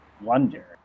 wonder